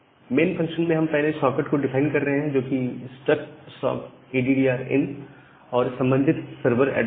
main function में हम पहले सॉकेट को डिफाइन कर रहे हैं जो कि struct sock ADDR in structsockaddr in और संबंधित सर्वर एड्रेस है